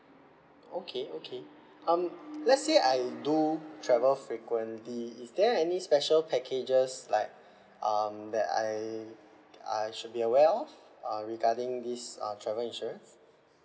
okay okay um let's say I do travel frequently is there any special packages like um that I I should be aware of uh regarding this uh travel insurance